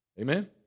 Amen